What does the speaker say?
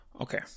Okay